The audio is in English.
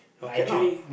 cannot